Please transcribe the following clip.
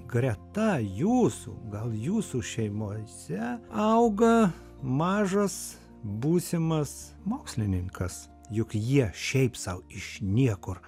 greta jūsų gal jūsų šeimose auga mažas būsimas mokslininkas juk jie šiaip sau iš niekur